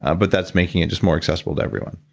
ah but that's making it just more accessible to everyone.